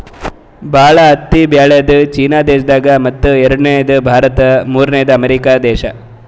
ಭಾಳ್ ಹತ್ತಿ ಬೆಳ್ಯಾದು ಚೀನಾ ದೇಶದಾಗ್ ಮತ್ತ್ ಎರಡನೇದು ಭಾರತ್ ಮೂರ್ನೆದು ಅಮೇರಿಕಾ ದೇಶಾ